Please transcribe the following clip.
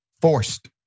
forced